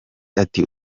ati